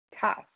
tough